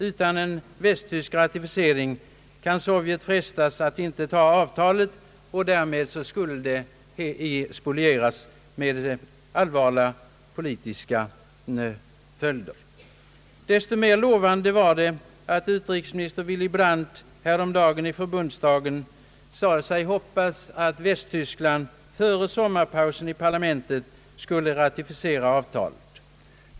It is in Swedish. Utan västtysk ratificering kan Sovjet frestas att inte anta avtalet, och därmed skulle det spolieras, med negativa politiska följder. Desto mer lovande var det att utrikesminister Willy Brandt härom dagen i förbundsdagen sade sig hoppas att Västtyskland före sommarpausen i parlamentet skall ratificera avtalet.